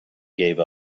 gave